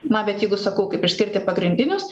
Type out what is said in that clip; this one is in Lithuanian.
na bet jeigu sakau kaip išskirti pagrindinius